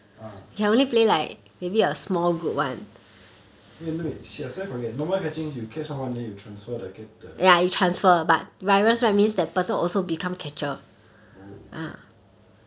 ah eh wait shit I suddenly forget normal catching you catch someone then you transfer the catc~ the orh oh